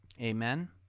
Amen